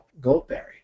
Goldberry